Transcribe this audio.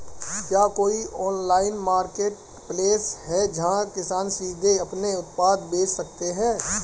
क्या कोई online marketplace है जहां किसान सीधे अपने उत्पाद बेच सकते हैं?